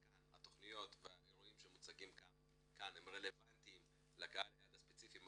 התכניות והאירועים שמוצגים כאן הם רלבנטיים לקהל היעד הספציפי,